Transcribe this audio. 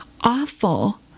awful